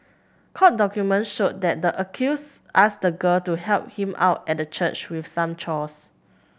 court document showed that the accused asked the girl to help him out at the church with some chores